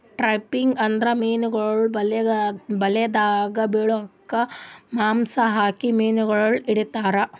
trapping ಅಂದುರ್ ಮೀನುಗೊಳ್ ಬಲೆದಾಗ್ ಬಿಳುಕ್ ಮಾಂಸ ಹಾಕಿ ಮೀನುಗೊಳ್ ಹಿಡಿತಾರ್